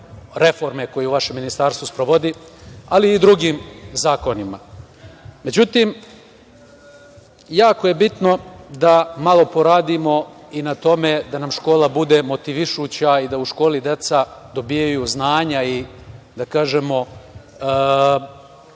reforme koje vaše Ministarstvo sprovodi, ali i drugim zakonima. Međutim, jako je bitno da malo poradimo i na tome da nam škola bude motivišuća i da nam deca dobijaju znanja i da kažemo